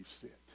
sit